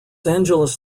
angeles